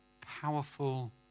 powerful